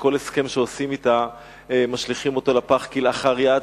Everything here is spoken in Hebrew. שכל הסכם שעושים אתה משליכים אותו לפח כלאחר יד,